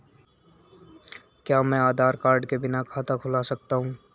क्या मैं आधार कार्ड के बिना खाता खुला सकता हूं?